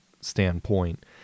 standpoint